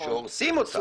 שהורסים אותה,